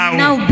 now